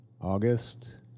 August